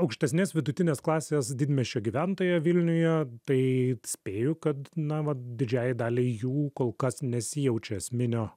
aukštesnės vidutinės klasės didmiesčio gyventoją vilniuje tai spėju kad na vat didžiajai daliai jų kol kas nesijaučia esminio